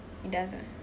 it does ah